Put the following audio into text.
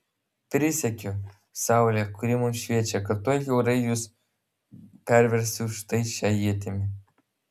prisiekiu saule kuri mums šviečia kad tuoj kiaurai jus perversiu štai šia ietimi